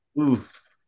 oof